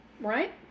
Right